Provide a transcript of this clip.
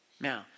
Now